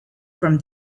from